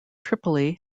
tripoli